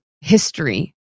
history